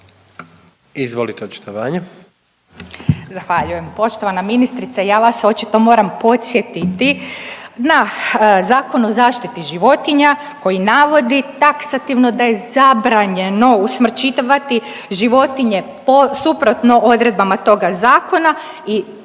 Ružica (Nezavisni)** Zahvaljujem. Poštovana ministrice, ja vas očito moram podsjetiti na Zakon o zaštiti životinja koji navodi taksativno da je zabranjeno usmrćivati životinje suprotno odredbama toga Zakona i u tom